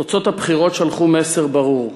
תוצאות הבחירות שלחו מסר ברור,